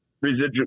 residual